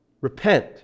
Repent